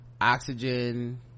oxygen